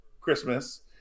Christmas